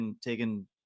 taken